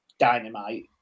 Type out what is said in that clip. Dynamite